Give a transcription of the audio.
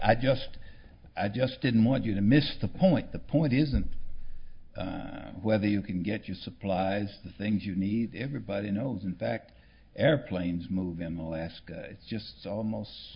i just i just didn't want you to miss the point the point isn't whether you can get you supplies things you need everybody knows in fact airplanes move them alaska just so most